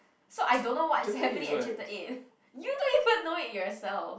so I don't know what is happening at chapter eight you don't even know it yourself